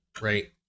right